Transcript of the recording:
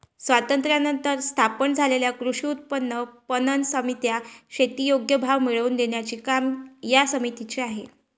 स्वातंत्र्यानंतर स्थापन झालेल्या कृषी उत्पन्न पणन समित्या, शेती योग्य भाव मिळवून देण्याचे काम या समितीचे आहे